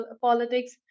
politics